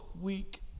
week